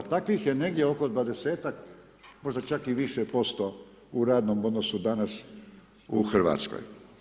A takvih je negdje oko dvadesetak možda čak i više posto u radnom odnosu danas u Hrvatskoj.